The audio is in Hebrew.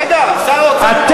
רגע, שר האוצר באופוזיציה?